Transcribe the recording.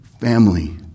family